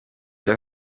dar